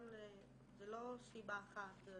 זו לא סיבה אחת.